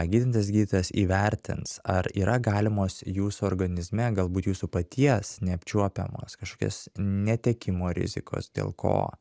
gydantis gydytojas įvertins ar yra galimos jūsų organizme galbūt jūsų paties neapčiuopiamos kažkokios netekimo rizikos dėl ko